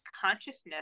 consciousness